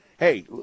Hey